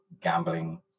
gambling